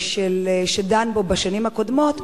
שהוא דן בו בשנים הקודמות,